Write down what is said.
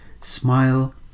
smile